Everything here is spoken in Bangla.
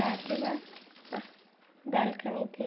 ফ্ল্যাটে বা ব্যালকানিতে